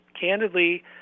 candidly